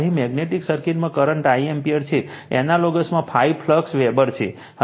અહીં મેગ્નેટિક સર્કિટમાં current I ampere છે એનાલોગસમાં ∅ ફ્લક્સ વેબર છે